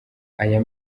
aya